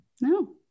no